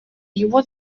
его